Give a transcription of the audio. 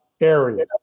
area